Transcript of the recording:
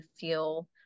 feel